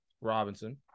Robinson